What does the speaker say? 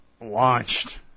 launched